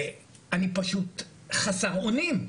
אני פשוט חסר אונים.